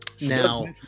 Now